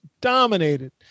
Dominated